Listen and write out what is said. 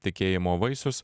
tikėjimo vaisius